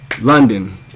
london